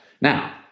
Now